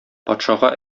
патшага